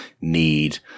need